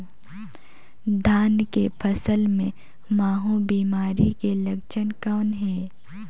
धान के फसल मे महू बिमारी के लक्षण कौन हे?